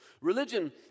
Religion